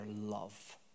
love